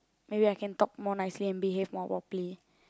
maybe I can talk more nicely and behave more properly